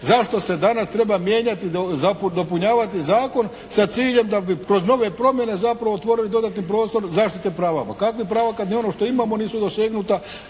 zašto se danas treba mijenjati, zapravo dopunjavati zakon sa ciljem da bi kroz nove promjene zapravo otvorili dodatni prostor zaštite prava. Ma kakvih prava kada ni ono što imamo nisu dosegnuta